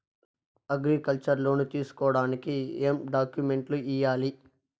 Agriculture loan తీసుకోడానికి ఏం డాక్యుమెంట్లు ఇయ్యాలి?